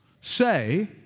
say